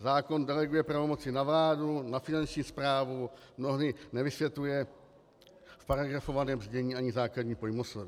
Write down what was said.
Zákon deleguje pravomoci na vládu, na Finanční správu, mnohdy nevysvětluje v paragrafovaném znění ani základní pojmosloví.